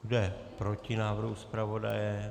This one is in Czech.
Kdo je proti návrhu zpravodaje?